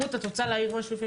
רות, את רוצה להעיר משהו?